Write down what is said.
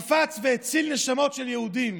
קפץ והציל נשמות של יהודים.